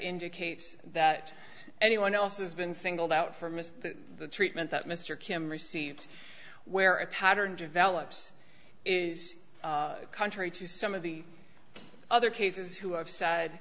indicates that anyone else has been singled out for miss the treatment that mr kim received where a pattern develops contrary to some of the other cases who have said